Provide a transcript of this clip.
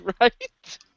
right